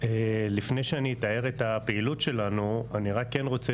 לפני שאני אתאר את הפעילות שלנו אני רק כן רוצה